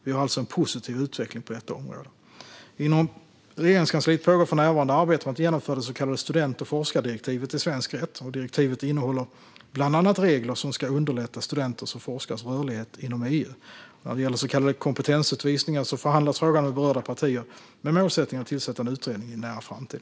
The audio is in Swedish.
Vi har alltså en positiv utveckling på detta område. Inom Regeringskansliet pågår för närvarande arbetet med att genomföra det så kallade student och forskardirektivet i svensk rätt. Direktivet innehåller bland annat regler som ska underlätta studenters och forskares rörlighet inom EU. När det gäller så kallade kompetensutvisningar förhandlas frågan med berörda partier med målsättningen att tillsätta en utredning i en nära framtid.